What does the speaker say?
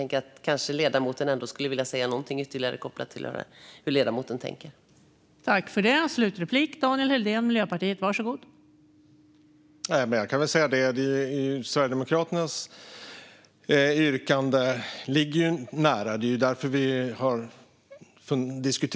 Kanske ledamoten ändå skulle vilja säga någonting ytterligare kopplat till hur han tänker här.